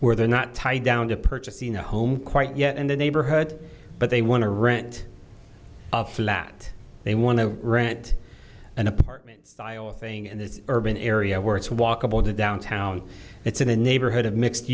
where they're not tied down to purchasing a home quite yet in the neighborhood but they want to rent a flat they want to rent an apartment style thing and this urban area where it's walkable to downtown it's in a neighborhood of mixed